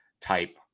type